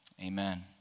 Amen